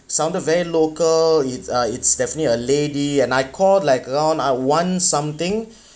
sounded very local it's uh it's definitely a lady and I called like around uh one something